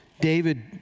David